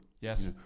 Yes